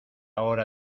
hora